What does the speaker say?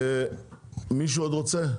מישהו עוד רוצה?